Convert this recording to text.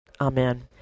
Amen